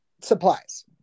supplies